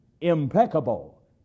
impeccable